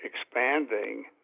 expanding